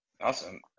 Awesome